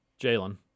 Jalen